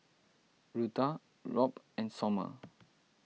Rutha Robb and Sommer